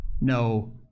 No